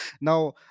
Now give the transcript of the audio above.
Now